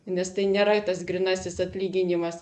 nes tai nėra tas grynasis atlyginimas